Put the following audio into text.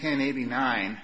ten eighty nine